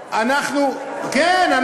כן,